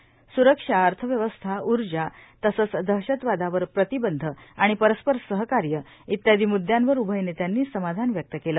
उभय देशांमध्ये स्रक्षा अर्थव्यवस्था उर्जा तसंच दहशतवादावर प्रतिबंध आणि परस्पर सहकार्य इत्यादी मृदयांवर उभय नेत्यांनी समाधान व्यक्त केलं